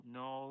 no